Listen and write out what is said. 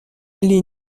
les